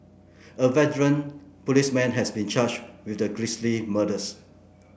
a veteran policeman has been charged with the grisly murders